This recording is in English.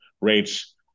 rates